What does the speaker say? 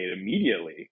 immediately